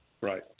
Right